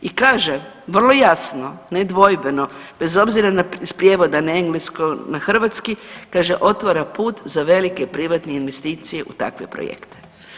I kaže vrlo jasno, nedvojbeno bez obzira s prijevoda iz engleskog na hrvatski kaže: „otvara put za velike privatne investicije u takve projekte“